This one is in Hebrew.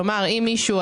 כלומר אם מישהו,